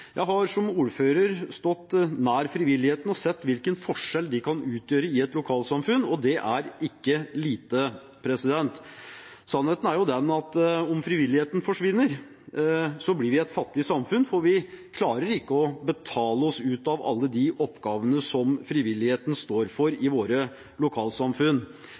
Jeg har som ordfører stått nær frivilligheten og sett hvilken forskjell de kan utgjøre i et lokalsamfunn, og det er ikke lite. Sannheten er at om frivilligheten forsvinner, blir vi et fattig samfunn, for vi klarer ikke å betale oss ut av alle de oppgavene som frivilligheten står for i våre lokalsamfunn.